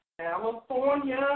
California